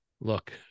look